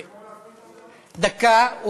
דקה.